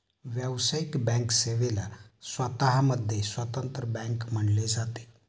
व्यावसायिक बँक सेवेला स्वतः मध्ये स्वतंत्र बँक म्हटले जाते